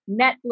Netflix